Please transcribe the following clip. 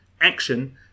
Action